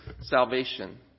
salvation